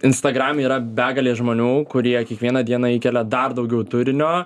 instagrame yra begalė žmonių kurie kiekvieną dieną įkelia dar daugiau turinio